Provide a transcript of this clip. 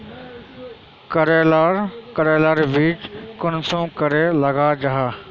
करेला करेलार बीज कुंसम करे लगा जाहा?